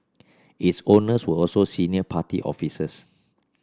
its owners were also senior party officers